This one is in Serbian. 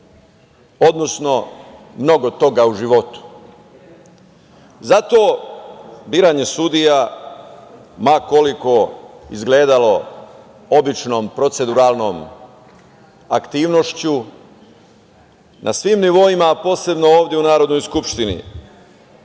odnosno mnogo toga u životu. Zato biranje sudija, ma koliko izgledalo običnom, proceduralnom aktivnošću na svim nivoima, a posebno ovde u Narodnoj skupštini